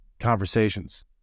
conversations